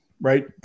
right